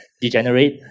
degenerate